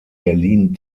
berlin